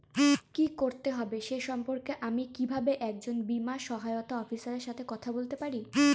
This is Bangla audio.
কী করতে হবে সে সম্পর্কে আমি কীভাবে একজন বীমা সহায়তা অফিসারের সাথে কথা বলতে পারি?